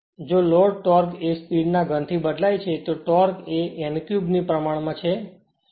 જો load torque એ speed ના ઘન થી બદલાય છે તો ટોર્ક એ n3 ની પ્રમાણમાં છે